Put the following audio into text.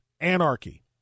Anarchy